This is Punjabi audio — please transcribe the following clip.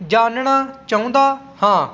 ਜਾਣਨਾ ਚਾਹੁੰਦਾ ਹਾਂ